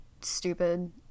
stupid